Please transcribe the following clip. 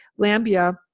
lambia